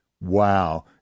Wow